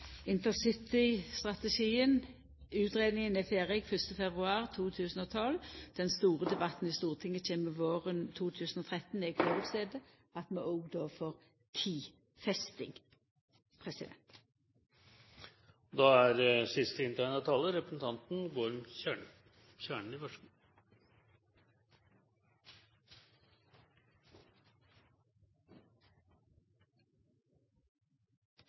med intercitystrategien er ferdig 1. februar 2012: Den store debatten i Stortinget kjem våren 2013 . Då får vi òg ei tidfesting. Representanten